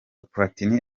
platini